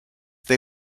they